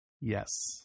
Yes